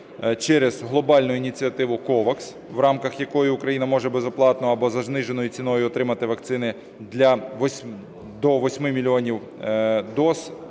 через глобальну ініціативу "Ковакс", в рамках якої Україна може безоплатно або за зниженою ціною отримати вакцини до 8 мільйонів доз